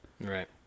Right